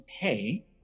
pay